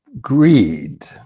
greed